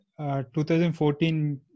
2014